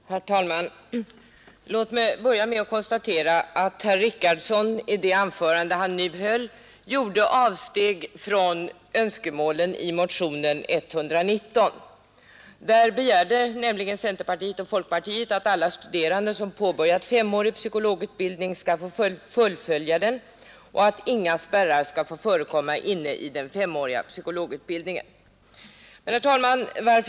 Herr talman! Låt mig börja med att konstatera att herr Richardson i det anförande han nu höll gjorde avsteg från önskemålen i motionen 119. Där begärde nämligen centerpartiet och folkpartiet att alla studerande som påbörjat femårig psykologutbildning skall få fullfölja den och att inga spärrar skall få förekomma i den femåriga psykologutbildningen. Herr talman!